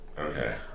Okay